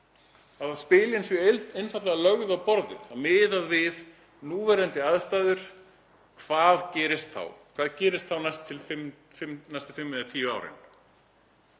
að spilin séu einfaldlega lögð á borðið. Miðað við núverandi aðstæður, hvað gerist þá? Hvað gerist næstu fimm eða tíu árin?